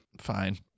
Fine